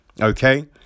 Okay